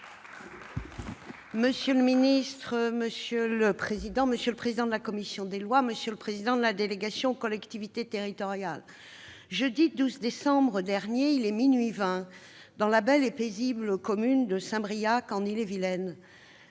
Monsieur le président, monsieur le ministre, monsieur le président de la commission des lois, monsieur le président de la délégation aux collectivités territoriales, en ce jeudi 12 décembre, il est minuit vingt dans la belle et paisible commune de Saint-Briac, en Ille-et-Vilaine.